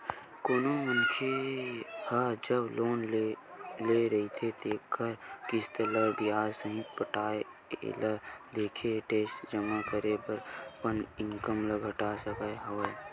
कोनो मनखे ह जब लोन ले रहिथे तेखर किस्ती ल बियाज सहित पटाथे एला देखाके टेक्स जमा करे बर अपन इनकम ल घटा सकत हवय